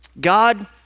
God